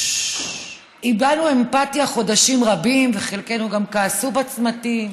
הבענו אמפתיה חודשים רבים, חלקנו גם כעסו בצמתים,